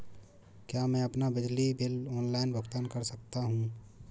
क्या मैं अपना बिजली बिल ऑनलाइन भुगतान कर सकता हूँ?